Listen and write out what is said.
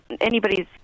anybody's